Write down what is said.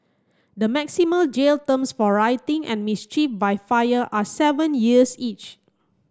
the maximum jail terms for rioting and mischief by fire are seven years each